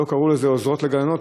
לא קראו לזה עוזרות לגננות,